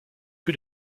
que